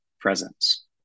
presence